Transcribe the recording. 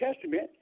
Testament